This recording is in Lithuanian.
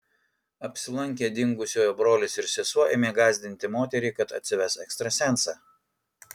apsilankę dingusiojo brolis ir sesuo ėmė gąsdinti moterį kad atsives ekstrasensą